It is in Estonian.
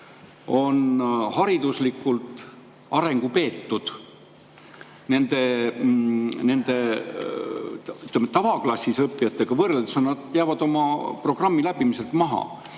on hariduslikult arengupeetud. Tavaklassis õppijatega võrreldes nad jäävad oma programmi läbimisel maha